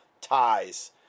ties